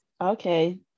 okay